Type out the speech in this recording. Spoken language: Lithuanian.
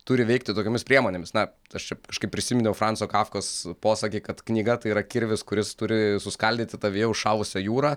turi veikti tokiomis priemonėmis na aš čia kažkaip prisiminiau franco kafkos posakį kad knyga tai yra kirvis kuris turi suskaldyti tavyje užšalusią jūrą